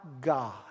God